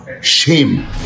Shame